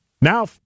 now